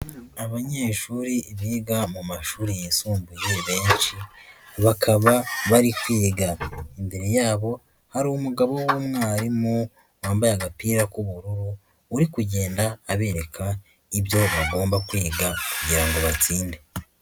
Abanyeshuri biga mu mashuri yisumbuye benshi bakaba bari kwiga, imbere yabo hari umugabo w'umwarimu wambaye agapira k'ubururu uri kugenda abereka ibyo bagomba kwiga kugira ngo batsinde.